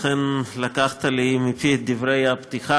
אכן לקחת לי מפי את דברי הפתיחה.